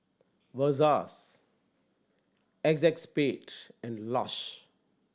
Versace Acexspade and Lush